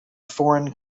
foreign